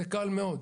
קל מאוד לדעת,